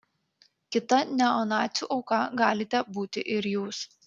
kita neonacių auka galite būti ir jūs